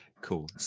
Cool